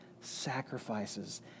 sacrifices